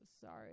sorry